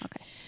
okay